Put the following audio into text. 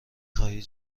خواهی